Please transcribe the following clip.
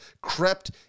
crept